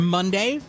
Monday